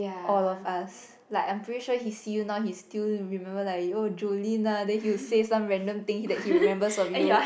all of us like I'm pretty sure he see you now he still remember like oh Joelyn ah then he will say some random things that he remembers of you